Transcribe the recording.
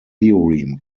theorem